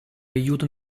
aiuto